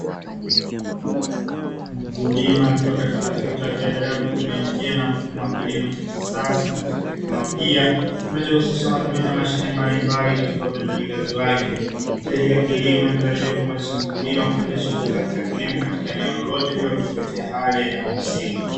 Mkulima akiwa katika trekta akiendelea kutumia njia na mfumo wa kilimo cha kisasa na cha kitekinolojia, kinachohusisha matumizi ya mashine mbalimbali katika utendaji kazi wake. Njia hii ya kilimo inatarajiwa kummuwezesha mkulima kuendesha shughuli zake katika eneo lolote, bila ya kuzingatia hali ya eneo husika.